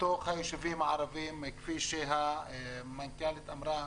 בתוך היישובים הערביים, כפי שהמנכ"לית אמרה,